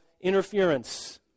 interference